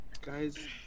Guys